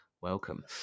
Welcome